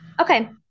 Okay